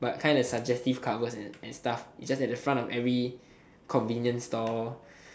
but kinda suggest covers and stuff its just at the front of every convenience store